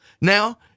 Now